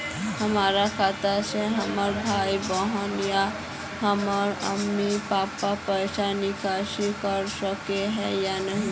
हमरा खाता से हमर भाई बहन या हमर मम्मी पापा पैसा निकासी कर सके है या नहीं?